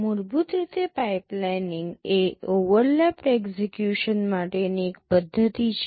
મૂળભૂત રીતે પાઇપલાઇનિંગ એ ઓવરલેપ્ડ એક્ઝેક્યુશન માટેની એક પદ્ધતિ છે